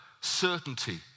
certainty